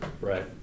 Right